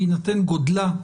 בהינתן גודלה,